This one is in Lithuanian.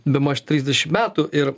bemaž trisdešimt metų ir